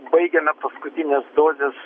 baigiame paskutines dozes